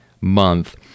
month